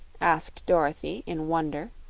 asked dorothy, in wonder.